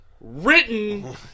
Written